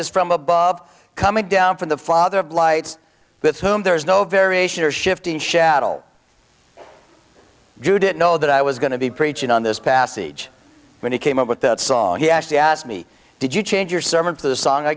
gift is from above coming down from the father of lights with whom there is no variation or shifting shadel judit know that i was going to be preaching on this passage when he came up with the song he actually asked me did you change your sermon for the song i